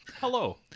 Hello